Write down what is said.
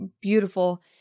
beautiful